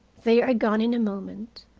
they are gone in a moment.